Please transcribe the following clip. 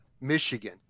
Michigan